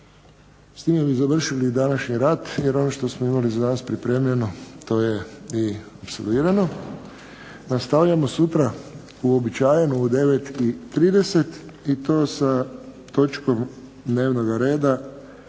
S time bi završili današnji rad jer ono što smo imali za danas pripremljeno to je i …/Ne razumije se./… Nastavljamo sutra uobičajeno u 9,30 i to sa točkom dnevnog reda